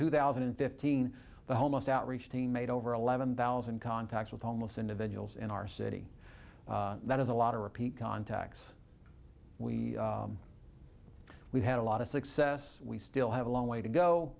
two thousand and fifteen the homeless outreach team made over eleven thousand contacts with homeless individuals in our city that has a lot of repeat contacts we we've had a lot of success we still have a long